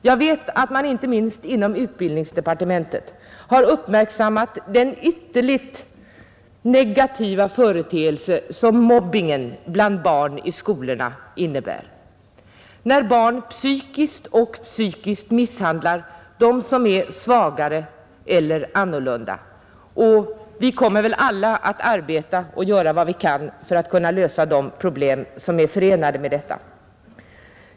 Jag vet att man inte minst inom utbildningsdepartementet har uppmärksammat den ytterst negativa företeelse som mobbingen bland barn i skolorna innebär, när barn psykiskt och fysiskt misshandlar dem som är svagare eller annorlunda. Vi kommer väl alla att arbeta och göra vad vi kan för att lösa de problem som är förenade med detta.